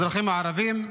האזרחים הערבים,